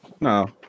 No